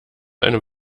einem